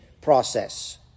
process